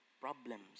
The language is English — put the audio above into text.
problems